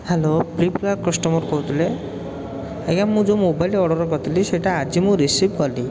hello Flipkart customer କହୁଥିଲେ ଆଜ୍ଞା ମୁଁ ଯେଉଁ ମୋବାଇଲଟି ଅର୍ଡ଼ର କରିଥିଲି ସେଇଟା ଆଜି ମୁଁ ରିସିଭ କଲି